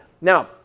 Now